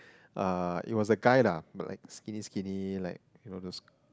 uh it was a guy lah like skinny skinny like from the